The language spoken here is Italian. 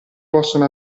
possono